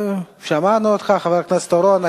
שמענו אותך, חבר הכנסת אורון.